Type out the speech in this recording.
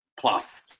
Plus